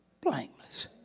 blameless